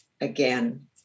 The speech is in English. again